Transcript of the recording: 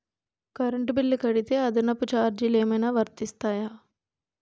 Current bill కడితే అదనపు ఛార్జీలు ఏమైనా వర్తిస్తాయా?